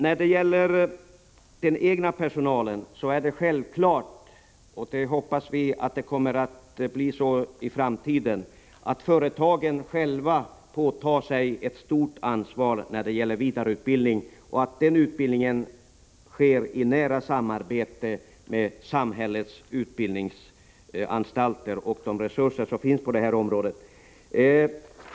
När det gäller den egna personalen är det självklart att företagen i framtiden själva tar på sig ett stort ansvar för vidareutbildningen och att den utbildningen sker i nära samarbete med samhällets utbildningsanstalter och med tillvaratagande av de resurser som finns på detta område.